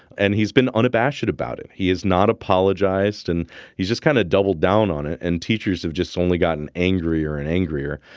and he's been unabashed about it. he has not apologized and he's just kind of doubled down on it and teachers have just only gotten angrier and angrier.